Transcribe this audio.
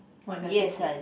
what does it say